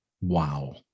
Wow